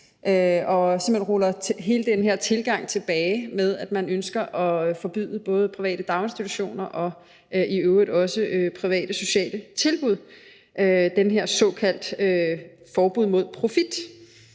og simpelt hen ruller hele den her tilgang tilbage – den tilgang, at man ønsker at forbyde både private daginstitutioner og i øvrigt også private sociale tilbud, det her såkaldte forbud mod profit.